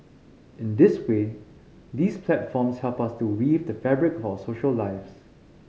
in this way these platforms help us to weave the fabric of our social lives